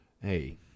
hey